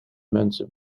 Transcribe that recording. mensen